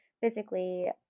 physically